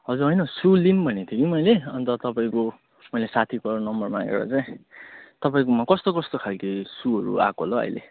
हजुर होइन सू लिउँ भने थिएँ कि मैले अन्त तपईँको मैले साथीबाट नम्बर माँगेर चाहिँ तपाईँकोमा कस्तो कस्तो खाल्के सूहरू आएको होला हौ अहिले